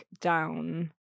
down